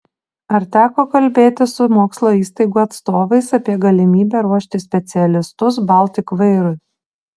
ar teko kalbėtis su mokslo įstaigų atstovais apie galimybę ruošti specialistus baltik vairui